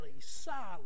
solid